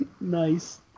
nice